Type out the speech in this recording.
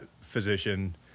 physician